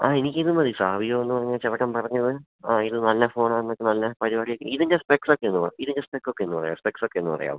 ആ എനിക്കിത് മതി സാവിയോ എന്നു പറഞ്ഞ ചെറുക്കൻ പറഞ്ഞത് ആ ഇത് നല്ല ഫോണാണെന്നൊക്കെ നല്ല പരിപാടിയൊക്കെ ഇതിൻ്റെ സ്പെക്സൊക്കെന്തുവാ ഇതിൻ്റെ സ്പെക്കൊക്കെ ഒന്നു പറയുമോ സ്പെക്സൊക്കെ ഒന്ന് പറയാമോ